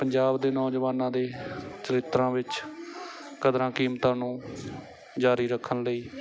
ਪੰਜਾਬ ਦੇ ਨੌਜਵਾਨਾਂ ਦੇ ਚਰਿਤਰਾਂ ਵਿੱਚ ਕਦਰਾਂ ਕੀਮਤਾਂ ਨੂੰ ਜਾਰੀ ਰੱਖਣ ਲਈ